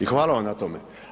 I hvala vam na tome.